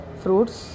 fruits